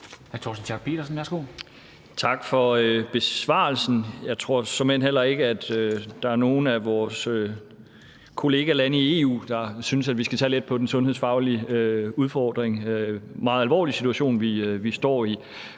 Tak for besvarelsen. Jeg tror såmænd heller ikke, at der er nogen af vores kollegalande i EU, der synes, at vi skal tage let på den sundhedsfagligt meget alvorlige situation, vi står i.